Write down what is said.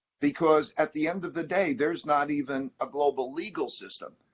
because, at the end of the day, there's not even a global legal system.